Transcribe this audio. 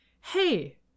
hey